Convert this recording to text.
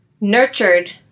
nurtured